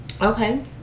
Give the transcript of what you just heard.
Okay